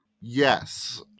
Yes